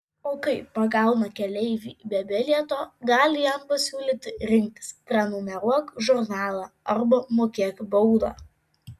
o kai pagauna keleivį be bilieto gali jam pasiūlyti rinktis prenumeruok žurnalą arba mokėk baudą